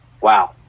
Wow